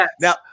Now